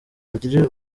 bagira